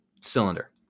cylinder